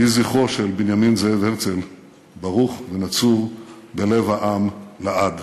יהי זכרו של בנימין זאב הרצל ברוך ונצור בלב העם לעד.